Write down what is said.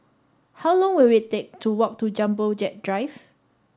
how long will it take to walk to Jumbo Jet Drive